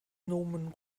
nomen